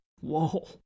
Whoa